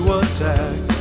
attack